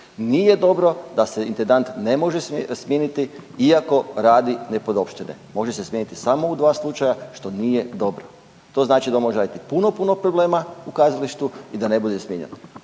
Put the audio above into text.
nije dobro da se intendant ne može smijeniti iako radi nepodopštine, može se smijeniti samo u dva slučaja, što nije dobro. To znači da može raditi puno, puno problema u kazalištu i da ne bude smijenjen.